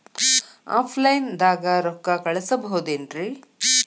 Offline ದಾಗ ರೊಕ್ಕ ಕಳಸಬಹುದೇನ್ರಿ?